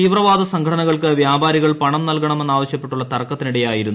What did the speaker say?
തീവ്രവാദ സംഘടനകൾക്ക് വ്യാപാരിക്ൾ പണം നൽകണമെന്നാവശ്യപ്പെട്ടുള്ള തർക്കത്തിനിടെയായിരുന്നു വെടിവയ്പ്